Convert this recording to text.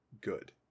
good